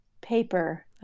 paper